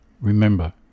remember